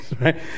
right